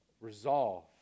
resolve